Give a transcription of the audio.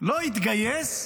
לא יתגייס,